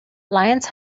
lions